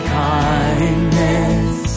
kindness